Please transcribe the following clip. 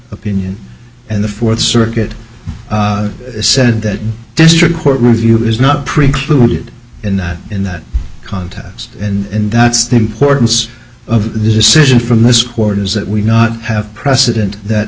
opinion and the fourth circuit said that district court review is not precluded in that in that contest and that's the importance of this decision from this quarters that we not have a precedent that